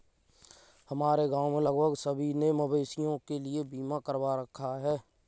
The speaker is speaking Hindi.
हमारे गांव में लगभग सभी ने मवेशियों के लिए बीमा करवा रखा है